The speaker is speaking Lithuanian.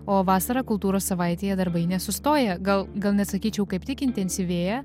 o vasarą kultūros savaitėje darbai nesustoja gal gal net sakyčiau kaip tik intensyvėja